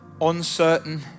uncertain